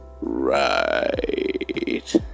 Right